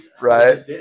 right